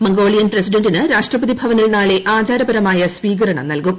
Mongolian പ്രസിഡന്റിന് രാഷ്ട്രപതി ഭവനിൽ നാളെആചാരപരമായസ്വീകരണം നൽകും